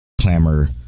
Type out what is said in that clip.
clamor